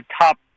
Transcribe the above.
top